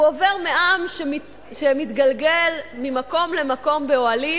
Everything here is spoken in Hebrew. הוא עובר מעם שמתגלגל ממקום למקום באוהלים